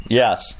yes